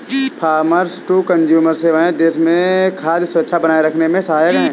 farmer to consumer सेवाएं देश में खाद्य सुरक्षा बनाए रखने में सहायक है